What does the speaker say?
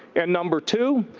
and number two,